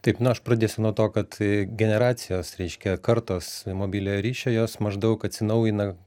taip na aš pradėsiu nuo to kad generacijos reiškia kartos mobiliojo ryšio jos maždaug atsinaujina